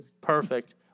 Perfect